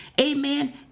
Amen